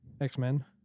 X-Men